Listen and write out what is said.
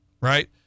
right